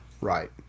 right